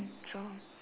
so